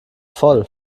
voll